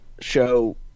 show